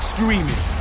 Streaming